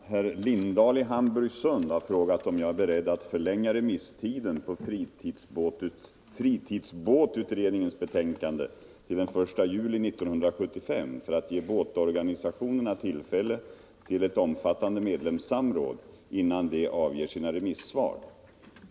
Herr talman! Herr Lindahl i Hamburgsund har frågat om jag är beredd att förlänga remisstiden på fritidsbåtutredningens betänkande till den 1 juli 1975 för att ge båtorganisationerna tillfälle till ett omfattande medlemssamråd innan de avger sina remissvar.